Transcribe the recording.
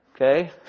Okay